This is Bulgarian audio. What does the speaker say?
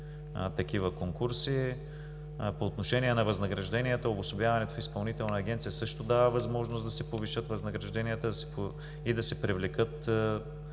такива конкурси. По отношение на възнагражденията обособяването в Изпълнителна агенция също дава възможност да се повишат възнагражденията и да се привлекат